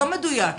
לא מדויק.